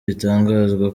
bitangazwa